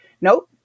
Nope